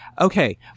Okay